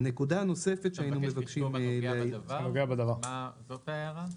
"הנוגע בדבר", זאת ההערה?